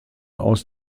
aus